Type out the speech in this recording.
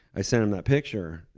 i sent him that picture.